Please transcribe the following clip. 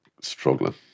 struggling